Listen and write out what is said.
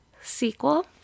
sequel